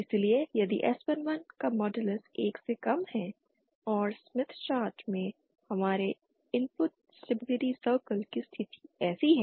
इसलिए यदि s11 का मॉडलस 1 से कम है और स्मिथ चार्ट में हमारे इनपुट स्टेबिलिटी सर्कल की स्थिति ऐसी है